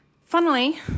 Funnily